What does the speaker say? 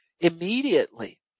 immediately